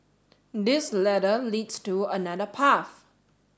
this ladder leads to another path